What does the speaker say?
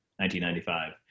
1995